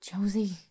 Josie